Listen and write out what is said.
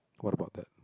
what about that